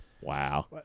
Wow